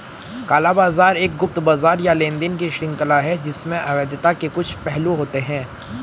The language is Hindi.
काला बाजार एक गुप्त बाजार या लेनदेन की श्रृंखला है जिसमें अवैधता के कुछ पहलू होते हैं